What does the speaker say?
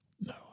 No